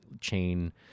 chain